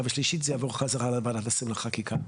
והשלישית זה יעבור חזרה לוועדת השרים לחקיקה.